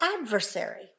adversary